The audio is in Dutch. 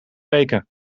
weken